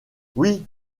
oui